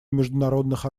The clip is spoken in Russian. международных